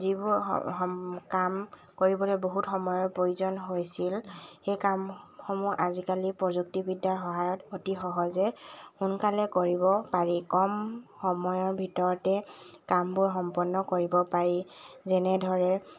যিবোৰ কাম কৰিবলৈ বহুত সময়ৰ প্ৰয়োজন হৈছিল সেই কামসমূহ আজিকালি প্ৰযুক্তিবিদ্যাৰ সহায়ত অতি সহজে সোনকালে কৰিব পাৰি কম সময়ৰ ভিতৰতে কামবোৰ সম্পন্ন কৰিব পাৰি যেনেদৰে